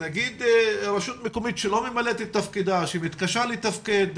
נגיד רשות שלא ממלאת את תפקידה ומתקשה לתפקד,